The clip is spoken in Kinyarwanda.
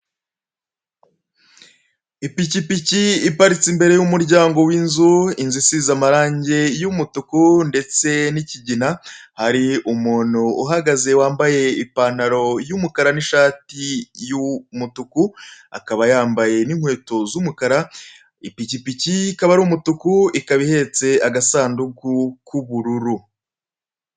Ipikipiki iparitse imbere y'umuryango w'inzu, inzu isize amarange y'umutuku ndetse n'iikigina, hari umuntu uhagaze wambaye ipantaro y'umukara ndetse n'ishati y'umutuku, ndetse n'inkweto z'umukara. Ipikipiki ikaba ari umutuku ikaba ihetse agasanduku k'ubururu.